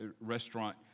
restaurant